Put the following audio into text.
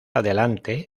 adelante